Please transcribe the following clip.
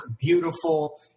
beautiful